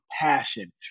passion